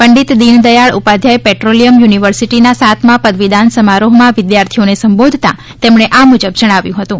Pandit Deendayal Upadhyay petroleum યુનિવર્સિટીના સાતમા પદવીદાન સમારોહમાં વિદ્યાર્થીઓને સંબોધતા તેમણે આ મુજબ જણાવ્યુ હતું